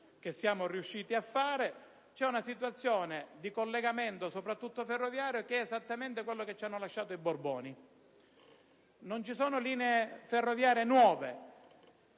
che siamo riusciti a realizzare. C'è una situazione di collegamento, soprattutto ferroviario, che è esattamente quella che ci hanno lasciato i Borboni: non ci sono linee ferroviarie nuove.